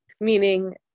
Meaning